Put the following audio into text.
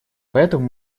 поэтому